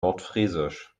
nordfriesisch